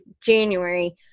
January